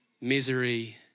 misery